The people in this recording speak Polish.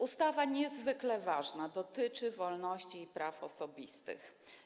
Ustawa jest niezwykle ważna, dotyczy wolności i praw osobistych.